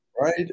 right